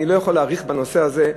אני לא יכול להאריך בנושא הזה,